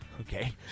Okay